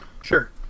Sure